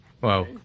Wow